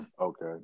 Okay